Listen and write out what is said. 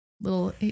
little